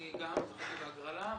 אני גם זכיתי בהגרלה,